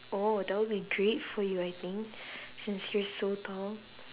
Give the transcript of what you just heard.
oh that will be great for you I think since you're so tall